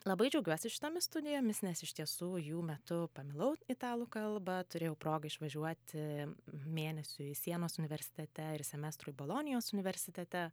labai džiaugiuosi šitomis studijomis nes iš tiesų jų metu pamilau italų kalbą turėjau progą išvažiuoti mėnesiui į sienos universitete ir semestrui bolonijos universitete